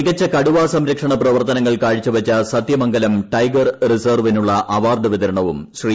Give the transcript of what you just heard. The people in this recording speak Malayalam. മികച്ച കടുവാ സംരക്ഷണ പ്രവർത്തനങ്ങൾ കാഴ്ച വെച്ച സത്യമംഗലം ടൈഗർ റിസർവിനുള്ള അവാർഡ് വിതരണവും ശ്രീ